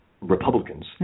Republicans